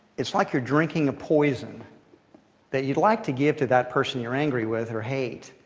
it's like you're drinking a poison that you'd like to give to that person you're angry with or hate,